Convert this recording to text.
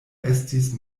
estis